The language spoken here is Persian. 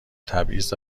تبعیض